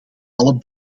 alle